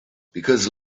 because